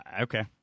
Okay